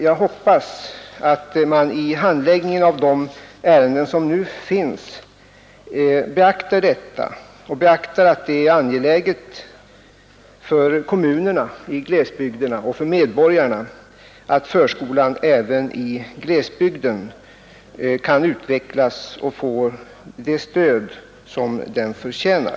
Jag hoppas att man vid handläggningen av ärendena tar hänsyn till detta och även beaktar att det är angeläget för kommunerna och medborgarna i glesbygderna att förskolan också i glesbygden kan utvecklas och få det stöd som den förtjänar.